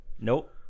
Nope